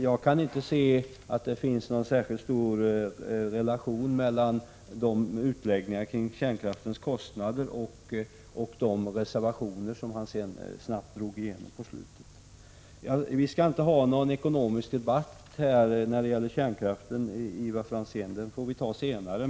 Jag kan inte se att det finns någon särskild relation mellan utläggningarna kring kärnkraftens kostnader och de reservationer som Ivar Franzén avslutningsvis snabbt gick igenom. Vi skall inte ha någon ekonomisk debatt här om kärnkraften, Ivar Franzén, för den får vi ta senare.